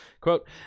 quote